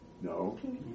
No